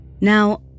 Now